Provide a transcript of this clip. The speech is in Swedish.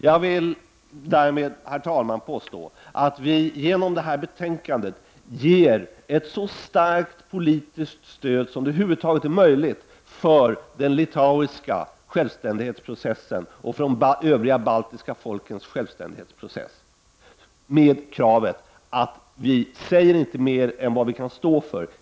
Jag vill därmed, herr talman, påstå att vi genom det här betänkandet ger ett så starkt politiskt stöd som över huvud taget är möjligt för den litauiska självständighetsprocessen och för de övriga baltiska folkens självständighetsprocesser, med kravet att vi inte säger mer än vi kan stå för.